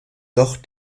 doch